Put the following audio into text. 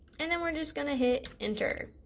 and then we are just going to hit enter.